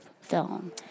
film